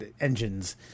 engines